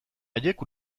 haiek